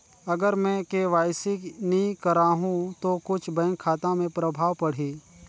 अगर मे के.वाई.सी नी कराहू तो कुछ बैंक खाता मे प्रभाव पढ़ी?